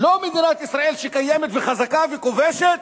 לא מדינת ישראל שקיימת, וחזקה, וכובשת,